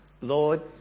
Lord